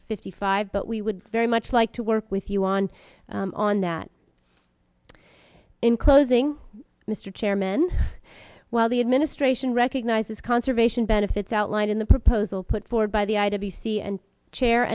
fifty five but we would very much like to work with you on on that in closing mr chairman while the administration recognizes conservation benefits outlined in the proposal put forward by the i w c and chair